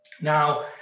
Now